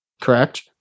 correct